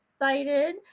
excited